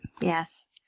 Yes